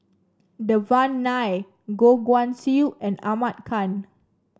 Devan Nair Goh Guan Siew and Ahmad Khan